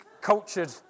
cultured